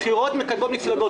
את הבחירות מקדמות המפלגות.